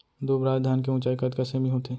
दुबराज धान के ऊँचाई कतका सेमी होथे?